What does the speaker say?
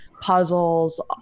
puzzles